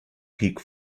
peak